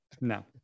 No